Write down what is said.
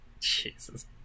Jesus